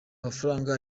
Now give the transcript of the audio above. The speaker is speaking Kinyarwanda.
mafaranga